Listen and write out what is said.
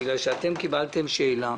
בגלל שהופנתה אליכם שאלה